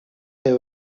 they